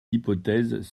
hypothèses